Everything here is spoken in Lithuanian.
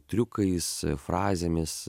triukais frazėmis